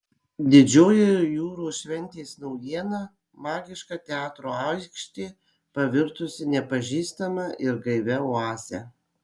didžioji jūros šventės naujiena magiška teatro aikštė pavirtusi neatpažįstama ir gaivia oaze